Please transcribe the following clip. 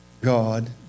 God